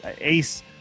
ace